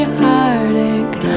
heartache